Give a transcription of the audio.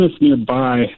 nearby